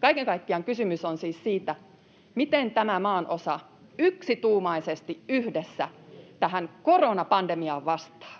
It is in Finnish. Kaiken kaikkiaan kysymys on siis siitä, miten tämä maanosa yksituumaisesti yhdessä tähän koronapandemiaan vastaa,